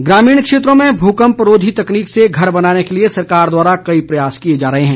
प्रशिक्षण ग्रामीण क्षेत्रों में भूकम्परोधी तकनीक से घर बनाने के लिए सरकार द्वारा कई प्रयास किए जा रहे हैं